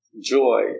joy